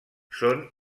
són